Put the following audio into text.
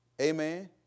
Amen